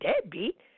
deadbeat